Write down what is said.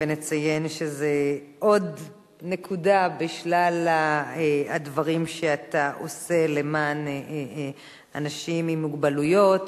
נציין שזו עוד נקודה בשלל הדברים שאתה עושה למען אנשים עם מוגבלויות,